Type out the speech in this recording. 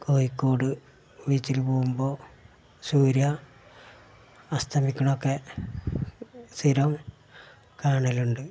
കോഴിക്കോട് ബീച്ചിൽ പോകുമ്പോൾ സൂര്യൻ അസ്തമിക്കണതൊക്കെ സ്ഥിരം കാണലുണ്ട്